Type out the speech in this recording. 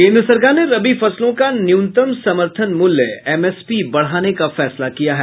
केन्द्र सरकार ने रबी फसलों का न्यूनतम समर्थन मूल्य एमएसपी बढ़ाने का फैसला किया है